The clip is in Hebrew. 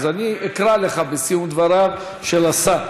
אז אני אקרא לך בסיום דבריו של השר.